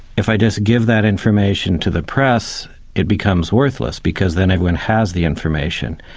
if i just give that information to the press, it becomes worthless because then everyone has the information.